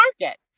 market